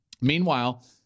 Meanwhile